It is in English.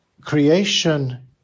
creation